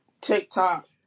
TikTok